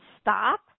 stop